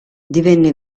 divenne